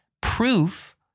proof